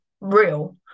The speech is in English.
real